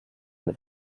mit